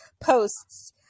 posts